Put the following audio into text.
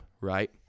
right